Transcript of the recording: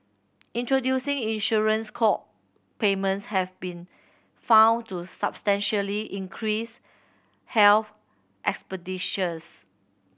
introducing insurance co payments have been found to substantially decrease health expenditures